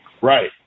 right